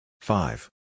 Five